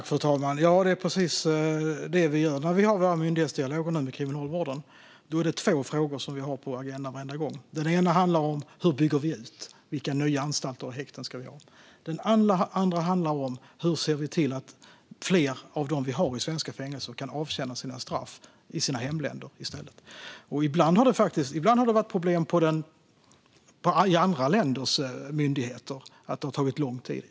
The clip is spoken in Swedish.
Fru talman! Ja, det är precis det vi gör. När vi har våra myndighetsdialoger med Kriminalvården är det två frågor som vi har på agendan varenda gång. Den ena handlar om hur vi bygger ut och vilka nya anstalter och häkten vi ska ha. Den andra handlar om hur vi ser till att fler av dem som vi har i svenska fängelser i stället kan avtjäna sina straff i sina hemländer. Ibland har det varit problem i andra länders myndigheter som gjort att det har tagit lång tid.